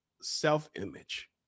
self-image